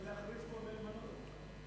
אפשר להכריז פה ולמנות אותה.